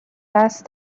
دست